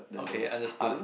okay understood